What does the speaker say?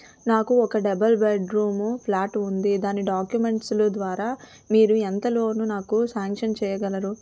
నాకు ఒక double bedroom flat ఉంది దాని డాక్యుమెంట్స్ లు ద్వారా మీరు ఎంత లోన్ నాకు సాంక్షన్ చేయగలరు?